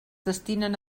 destinen